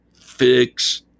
Fix